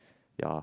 ya